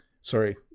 Sorry